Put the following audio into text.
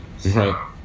Right